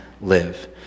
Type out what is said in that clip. live